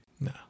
No